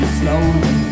slowly